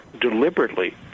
deliberately